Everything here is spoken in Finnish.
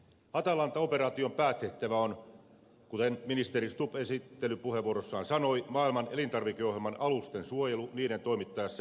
atalanta operaation päätehtävänä on kuten ministeri stubb esittelypuheenvuorossaan sanoi maailman elintarvikeohjelman alusten suojelu niiden toimittaessa elintarvikeapua somaliaan